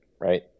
right